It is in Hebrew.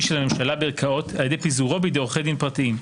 של הממשלה בערכאות על ידי פיזורו בידי עורכי דין פרטיים.